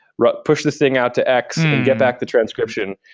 but push this thing out to x and get back the transcription.